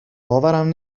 باورم